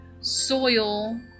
soil